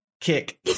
kick